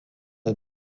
est